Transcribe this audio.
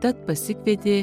tad pasikvietė